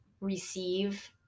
receive